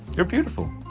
you're beautiful